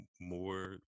more